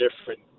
different